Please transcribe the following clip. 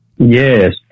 Yes